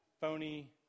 phony